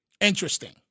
Interesting